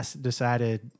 decided